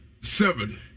seven